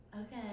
Okay